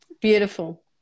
Beautiful